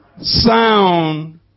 Sound